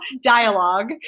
dialogue